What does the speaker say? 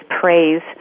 praise